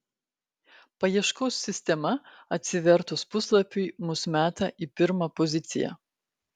paieškos sistema atsivertus puslapiui mus meta į pirmą poziciją